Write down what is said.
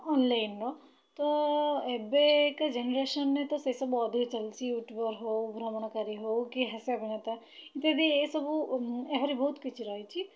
ଅନ୍ଲାଇନ୍ର ତ ଏବେକା ଜେନେରେସନ୍ରେ ତ ସେସବୁ ଅଧିକ ଚାଲିଛି ୟୁଟ୍ୟୁବର୍ ହେଉ ଭ୍ରମଣକାରୀ ହେଉ କି ହାସ୍ୟ ଅଭିନେତା ଇତ୍ୟାଦି ଏସବୁ ଏହାରି ବହୁତ କିଛି ରହିଛି